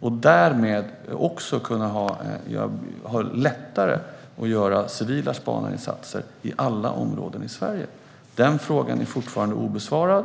Gjorde den det skulle man lättare kunna göra civila spaningsinsatser i alla områden i Sverige. Denna fråga är fortfarande obesvarad.